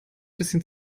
bisschen